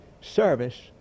service